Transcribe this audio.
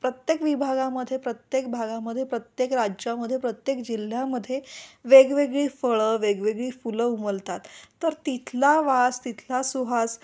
प्रत्येक विभागामध्ये प्रत्येक भागामध्ये प्रत्येक राज्यामध्ये प्रत्येक जिल्ह्यामध्ये वेगवेगळी फळं वेगवेगळी फुलं उमलतात तर तिथला वास तिथला सुहास